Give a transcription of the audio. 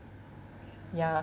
ya